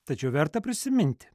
tačiau verta prisiminti